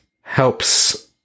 helps